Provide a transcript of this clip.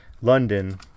London